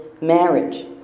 marriage